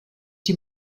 die